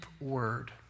word